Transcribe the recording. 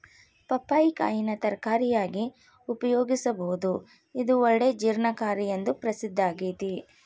ಪಪ್ಪಾಯಿ ಕಾಯಿನ ತರಕಾರಿಯಾಗಿ ಉಪಯೋಗಿಸಬೋದು, ಇದು ಒಳ್ಳೆ ಜೇರ್ಣಕಾರಿ ಎಂದು ಪ್ರಸಿದ್ದಾಗೇತಿ